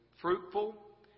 Fruitful